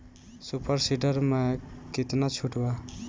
Super seeder मै कितना छुट बा?